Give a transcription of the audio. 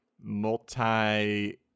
multi